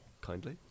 kindly